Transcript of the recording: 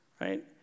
right